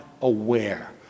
aware